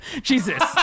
jesus